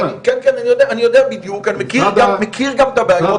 כן, אני יודע בדיוק, אני מכיר גם את הבעיות.